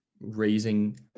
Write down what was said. raising